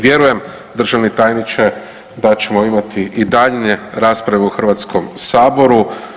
Vjerujem državni tajniče da ćemo imati i daljnje rasprave u Hrvatskom saboru.